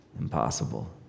impossible